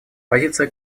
позиция